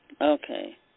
Okay